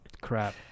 crap